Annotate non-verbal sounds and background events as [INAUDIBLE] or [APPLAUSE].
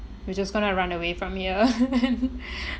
we're just gonna run away from here [LAUGHS]